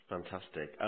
Fantastic